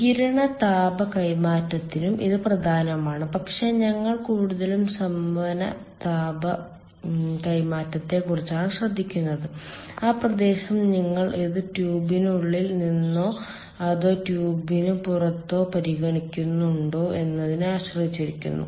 വികിരണ താപ കൈമാറ്റത്തിനും ഇത് പ്രധാനമാണ് പക്ഷേ ഞങ്ങൾ കൂടുതലും സംവഹന താപ കൈമാറ്റത്തെക്കുറിച്ചാണ് ശ്രദ്ധിക്കുന്നത് ആ പ്രദേശം നിങ്ങൾ ഇത് ട്യൂബിനുള്ളിൽ നിന്നാണോ അതോ ട്യൂബിന് പുറത്ത് പരിഗണിക്കുന്നുണ്ടോ എന്നതിനെ ആശ്രയിച്ചിരിക്കുന്നു